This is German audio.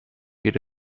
geht